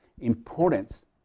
importance